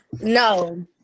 no